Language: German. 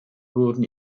wurden